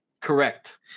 Correct